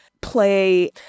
play